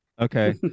okay